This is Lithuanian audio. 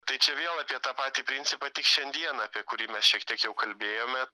tai čia vėl apie tą patį principą šiandieną apie kurį mes šiek tiek jau kalbėjome